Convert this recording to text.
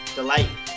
Delight